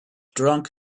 drunk